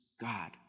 God